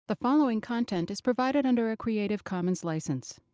the following content is provided under a creative commons license.